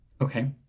Okay